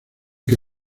que